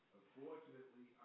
unfortunately